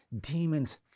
Demons